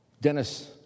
Dennis